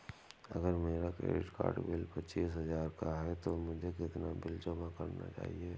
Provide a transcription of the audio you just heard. अगर मेरा credit card bill पच्चीस हजार का है तो मुझे कितना बिल जमा करना चाहिए?